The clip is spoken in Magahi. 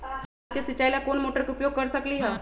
धान के सिचाई ला कोंन मोटर के उपयोग कर सकली ह?